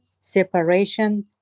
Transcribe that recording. separation